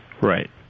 Right